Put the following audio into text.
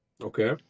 Okay